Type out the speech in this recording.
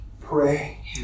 pray